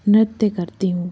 नृत्य करती हूँ